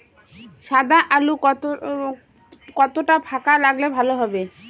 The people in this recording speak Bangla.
সাদা আলু কতটা ফাকা লাগলে ভালো হবে?